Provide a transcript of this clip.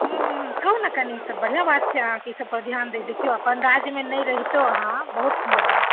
ह्म्म ह्म्म कहू ने कनि ई तऽ बढ़िआँ बात छै ईसभ पर ध्यान दैके देखियौ अपन राज्यमे नहि रहितो अहाँ बहुत सुन्दर बात